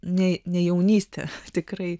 ne ne jaunystė tikrai